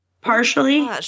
partially